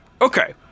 Okay